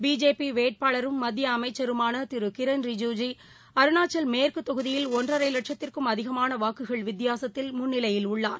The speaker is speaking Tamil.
பிஜேபிவேட்பாளரும் மத்தியஅமைச்சருமானதிருகிரண் ரிஜிஜ்ஸ மேற்குதொகுதியில் ஒன்றரைவட்சத்திற்கும் அருணாச்சல் அதிகமானவாக்குகள் வித்தியாசத்தில் முன்னிலையில் உள்ளார்